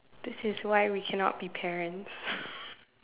this is why we cannot be parents